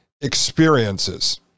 experiences